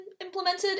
implemented